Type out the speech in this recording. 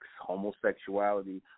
homosexuality